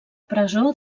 presó